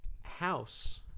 house